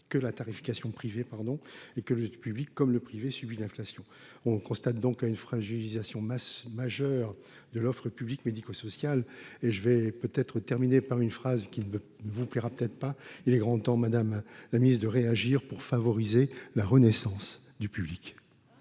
Que la tarification privée pardon et que le public comme le privé subit d'inflation, on constate donc une fragilisation masse majeur de l'offre publique médico-social et je vais peut être terminée par une phrase qui vous plaira peut-être pas. Il est grand temps Madame la Ministre de réagir pour favoriser la renaissance du public.